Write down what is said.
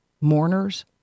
mourners